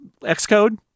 Xcode